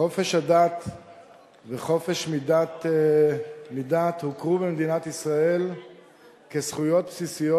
חופש הדת וחופש מדת הוכרו במדינת ישראל כזכויות בסיסיות